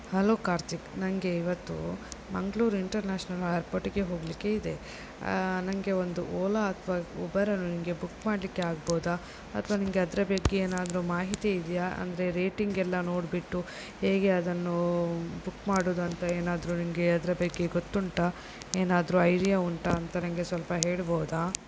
hello Karthik ನನಗೆ ಇವತ್ತು Mangaluru international ಏರ್ಪೋರ್ಟಿಗೆ ಹೋಗಲಿಕ್ಕೆ ಇದೆ ನನಗೆ ಒಂದು ಓಲಾ ಅಥವಾ ಉಬರಲ್ಲಿ ನನಗೆ ಬುಕ್ ಮಾಡಲಿಕ್ಕೆ ಆಗಬಹುದಾ ಅಥವಾ ನಿನಗೆ ಅದರ ಬಗ್ಗೆ ಏನಾದರೂ ಮಾಹಿತಿ ಇದೆಯಾ ಅಂದರೆ ರೇಟಿಂಗೆಲ್ಲ ನೋಡಿಬಿಟ್ಟು ಹೇಗೆ ಅದನ್ನು ಬುಕ್ ಮಾಡೋದು ಅಂತ ಏನಾದರೂ ನಿನಗೆ ಅದರ ಬಗ್ಗೆ ಗೊತ್ತುಂಟಾ ಏನಾದರೂ ಐಡಿಯಾ ಉಂಟಾ ಅಂತ ನನಗೆ ಸ್ವಲ್ಪ ಹೇಳಬಹುದಾ